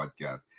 podcast